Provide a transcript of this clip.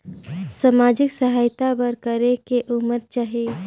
समाजिक सहायता बर करेके उमर चाही?